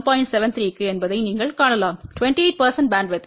73 க்கு என்பதை நீங்கள் காணலாம் 28 பேண்ட்வித்